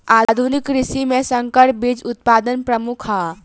आधुनिक कृषि में संकर बीज उत्पादन प्रमुख ह